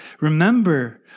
Remember